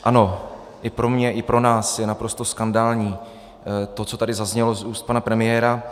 Ano, i pro mě, i pro nás je naprosto skandální to, co tady zaznělo z úst pana premiéra.